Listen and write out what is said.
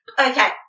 Okay